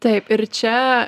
taip ir čia